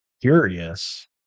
curious